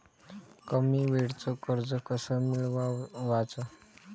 कमी वेळचं कर्ज कस मिळवाचं?